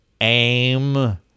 aim